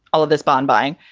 all of this bond buying,